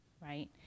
right